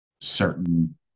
Certain